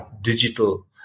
digital